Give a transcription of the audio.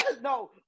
no